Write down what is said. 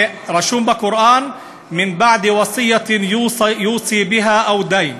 וכתוב בקוראן (אומר בערבית: כך תחלקו לאחר קיום צוואתו וסילוק חובותיו)